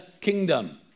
kingdom